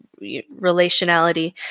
relationality